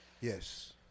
Yes